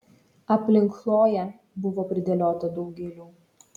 aplink chloję buvo pridėliota daug gėlių